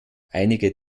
einige